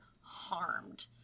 harmed